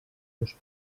seus